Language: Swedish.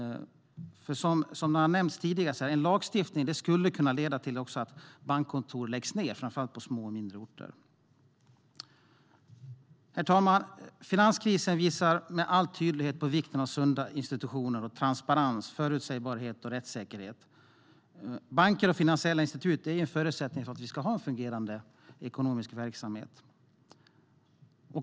Som har nämnts tidigare skulle en lagstiftning kunna leda till att bankkontor läggs ned, framför allt på mindre orter. Herr talman! Finanskrisen visade med all tydlighet på vikten av sunda institutioner, transparens, förutsägbarhet och rättssäkerhet. Banker och finansiella institut är förutsättningar för att vi ska kunna ha en fungerande ekonomisk verksamhet.